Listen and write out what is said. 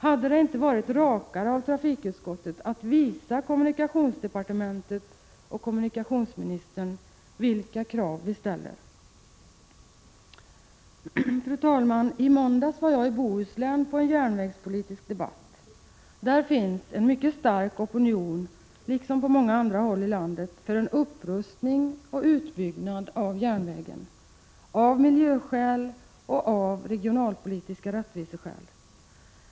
Hade det inte varit rakare av trafikutskottet att visa kommunikationsdepartementet och kommunikationsministern vilka krav vi ställer? Fru talman! I måndags var jag i Bohuslän och deltog i en järnvägspolitisk debatt. Där finns en mycket stark opinion, liksom på andra håll i landet, för en upprustning och utbyggnad av järnvägen, av miljöskäl och regionalpolitiska rättviseskäl.